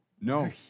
No